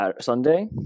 Sunday